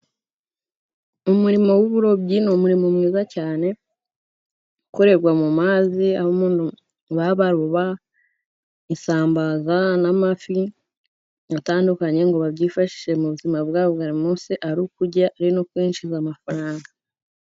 Umurimo w'uburobyi ni umurimo mwiza cyane ukorerwa mu mazi aho abantu baba baroba isambaza n'amafi atandukanye ngo babyifashishe mu buzima bwabo buri munsi ari ukurya, ari no kwinjiza amafaranga.